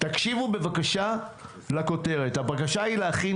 תקשיבו בבקשה לכותרת הבקשה היא להכין